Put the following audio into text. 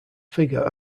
figure